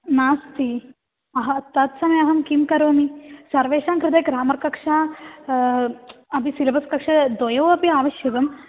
नास्ति अहं तत्समये अहं किं करोमि सर्वेषां कृते ग्रामकक्षा अपि सिलेबस् कक्षा द्वयोः अपि आवश्यकम्